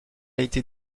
été